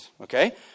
Okay